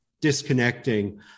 disconnecting